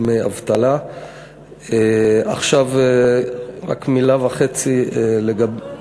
עכשיו רק מילה וחצי לגבי,